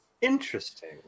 Interesting